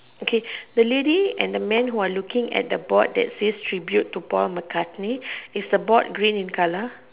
okay the lady and the men who're looking at the board that says Tribute to Paul McCartney is the board green in color